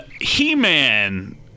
He-Man